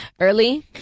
early